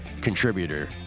contributor